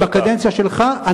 בקדנציה שלך.